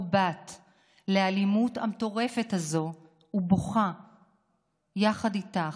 בת באלימות המטורפת הזו ובוכה יחד איתך,